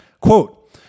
Quote